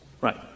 Right